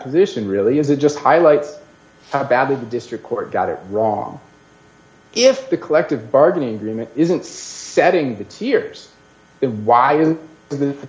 position really is it just highlights how badly the district court got it wrong if the collective bargaining agreement isn't setting the tiers then why didn't the